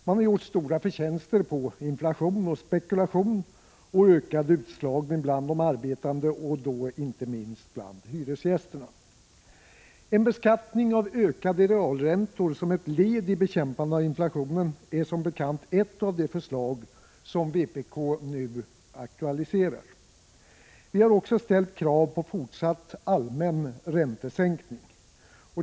Man har gjort stora förtjänster på inflation och spekulation och ökad utslagning bland de arbetande, inte minst bland hyresgästerna. En beskattning av ökade realräntor som ett led i bekämpandet av inflationen är som bekant ett av de förslag som vpk nu aktualiserar. Vi har också lagt fram krav på fortsatt allmän räntesänkning.